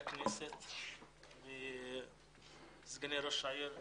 היושב-ראש, אדוני ראש העיר,